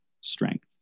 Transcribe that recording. strength